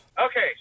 Okay